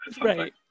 Right